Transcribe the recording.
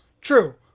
True